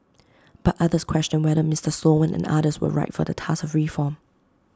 but others questioned whether Mister Sloan and others were right for the task of reform